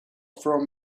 from